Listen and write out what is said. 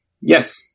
Yes